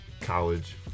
college